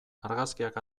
argazkiak